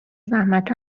زحمت